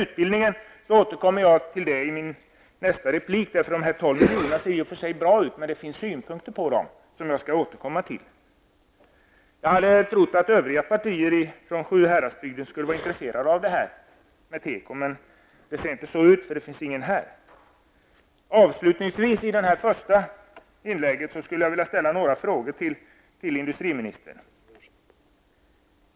Utbildningen återkommer jag till i min nästa replik. Dessa 12 miljoner ser ju i och för sig bra ut, men det finns synpunkter på dem som jag skall återkomma till. Jag hade trott att ledamöter från Sjuhäradsbygden tillhörande övriga skulle vara intresserade av detta med tekoindustrin. Men det ser inte så ut, för det finns inga här. Jag vill avslutningsvis, i detta första inlägg, ställa några frågor till industriministern.